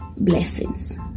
blessings